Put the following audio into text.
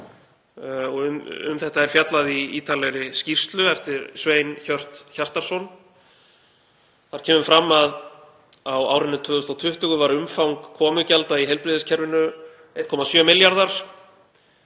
um þetta er fjallað í ítarlegri skýrslu eftir Svein Hjört Hjartarson. Þar kemur fram að á árinu 2020 var umfang komugjalda í heilbrigðiskerfinu 1,7 milljarðar.